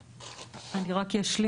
אני רק אשלים